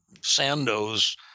Sandoz